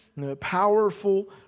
Powerful